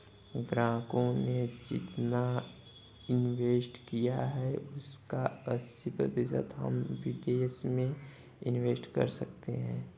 ग्राहकों ने जितना इंवेस्ट किया है उसका अस्सी प्रतिशत हम विदेश में इंवेस्ट कर सकते हैं